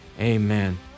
Amen